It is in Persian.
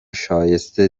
شایسته